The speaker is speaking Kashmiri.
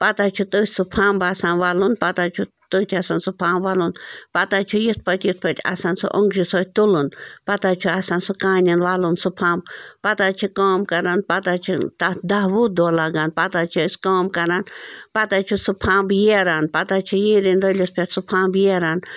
پتہٕ حظ چھِ تٔتھۍ سُہ فمب آسان وَلُن پتہٕ حظ چھُ تٔتھۍ آسان سُہ فمب وَلُن پتہٕ حظ چھُ یِتھ پٲٹھی یِتھ پٲٹھۍ آسان سُہ أنٛگجہِ سۭتۍ تُلن پتہٕ حظ چھُ آسان سُہ کانٮ۪ن وَلُن سُہ سُہ فمب پتہٕ حظ چھِ کٲم کَران پتہٕ حظ چھِ تَتھ دَہ وُہ دۄہ لَگان پتہٕ حظ چھِ أسۍ کٲم کَران پتہٕ حظ چھُ سُہ فمب ییران پتہٕ حظ چھُ یندرتُلِس پٮ۪ٹھ سُہ فمب ییران